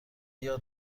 یاد